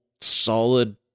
solid